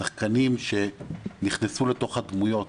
בשחקנים שנכנסו לתוך הדמויות